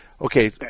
Okay